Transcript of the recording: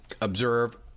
Observe